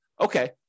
okay